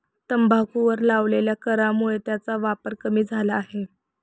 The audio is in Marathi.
तंबाखूवर लावलेल्या करामुळे त्याचा वापर कमी झाला आहे